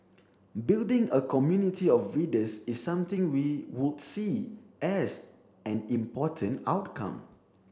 building a community of readers is something we would see as an important outcome